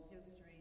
history